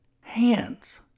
Hands